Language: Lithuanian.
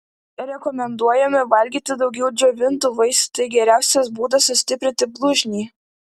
rekomenduojame valgyti daugiau džiovintų vaisių tai geriausias būdas sustiprinti blužnį